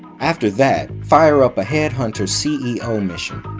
after that, fire up a headhunter ceo mission.